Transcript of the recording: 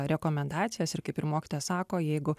rekomendacijas ir kaip ir mokytoja sako jeigu